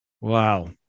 Wow